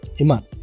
Iman